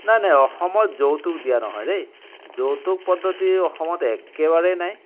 নাই নাই অসমত যৌতুক দিয়া নহয় দেই যৌতুক পদ্ধতি অসমত একেবাৰেই নাই